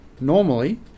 normally